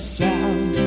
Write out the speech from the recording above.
sound